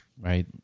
right